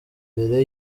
mbere